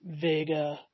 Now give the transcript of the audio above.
Vega